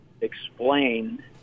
explain